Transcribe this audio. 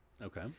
Okay